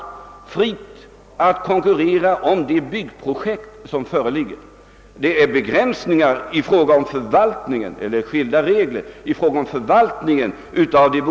De har alltså frihet att konkurrera om de byggprojekt som föreligger. Det finns skilda regler i fråga om förvaltningen av de bostadsfastigheter som byggs, men det anser jag också vara riktigt.